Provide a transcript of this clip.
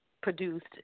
produced